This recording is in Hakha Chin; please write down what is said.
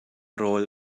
rawl